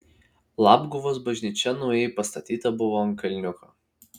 labguvos bažnyčia naujai pastatyta buvo ant kalniuko